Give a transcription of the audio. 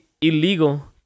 illegal